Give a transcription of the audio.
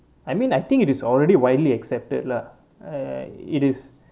I mean I think it is already widely accepted lah eh it is